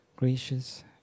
Gracious